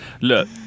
Look